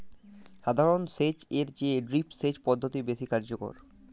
সাধারণ সেচ এর চেয়ে ড্রিপ সেচ পদ্ধতি বেশি কার্যকর